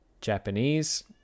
Japanese